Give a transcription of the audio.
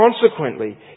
Consequently